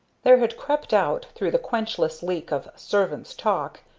there had crept out, through the quenchless leak of servants talk,